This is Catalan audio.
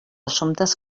assumptes